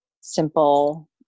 simple